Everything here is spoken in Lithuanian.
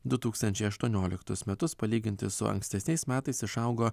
du tūkstančius aštuonioliktus metus palyginti su ankstesniais metais išaugo